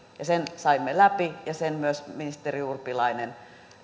sen saimme läpi ja sen myös ministeri urpilainen